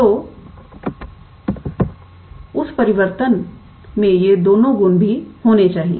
तो उस परिवर्तन में ये दोनों गुण भी होने चाहिए